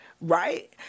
Right